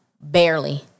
barely